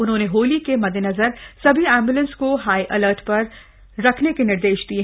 उन्होंने होली के मद्देनज़र सभी एम्ब्लेंस को हाई एलर्ट पर रखने के निर्देश दिये